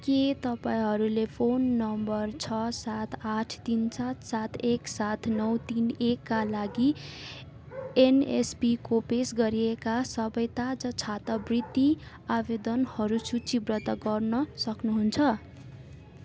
के तपाईँँहरूले phone number छ सात आठ तिन छ सात सात एक सात नौ तिन एकका लागि एनएसपीको पेस गरिएका सबै ताजा छात्रवृत्ति आवेदनहरू सूचीबद्ध गर्न सक्नुहुन्छ